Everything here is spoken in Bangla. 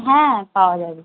হ্যাঁ পাওয়া যাবে